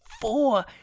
Four